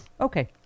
Okay